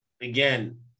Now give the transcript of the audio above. again